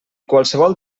qualsevol